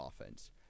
offense